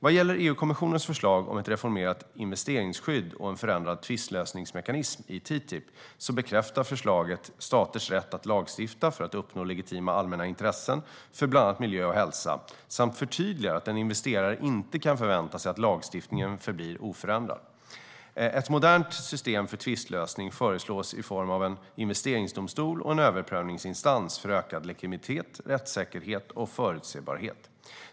Vad gäller EU-kommissionens förslag om ett reformerat investeringsskydd och en förändrad tvistlösningsmekanism i TTIP bekräftar förslaget staters rätt att lagstifta för att uppnå legitima allmänna intressen för bland annat miljö och hälsa samt förtydligar att en investerare inte kan förvänta sig att lagstiftningen förblir oförändrad. Ett modernt system för tvistlösning föreslås i form av en investeringsdomstol och en överprövningsinstans för ökad legitimitet, rättssäkerhet och förutsebarhet.